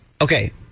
Okay